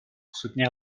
soutenir